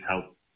Help